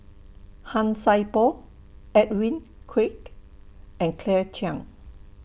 Han Sai Por Edwin Koek and Claire Chiang